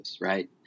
Right